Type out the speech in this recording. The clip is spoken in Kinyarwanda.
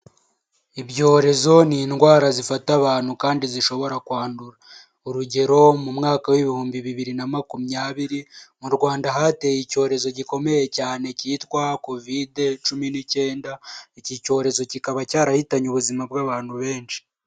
Ibyorezo ni indwara zifata abantu kandi zishobora kwandura. urugero mu mwaka w'ibihumbi bibiri na makumyabiri mu Rwanda hateye icyorezo gikomeye cyane cyitwa kovide cumi n'icyenda iki cyorezo kikaba cyarahitanye ubuzima bw'abantu benshi.